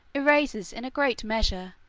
erases, in a great measure,